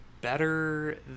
better